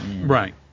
Right